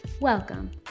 Welcome